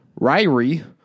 Ryrie